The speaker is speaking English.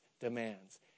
demands